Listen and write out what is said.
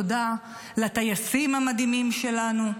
תודה לטייסים המדהימים שלנו,